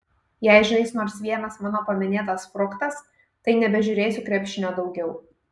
jei žais nors vienas mano paminėtas fruktas tai nebežiūrėsiu krepšinio daugiau